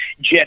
jet